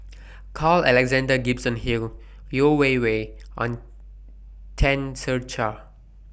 Carl Alexander Gibson Hill Yeo Wei Wei and Tan Ser Cher